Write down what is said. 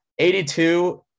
82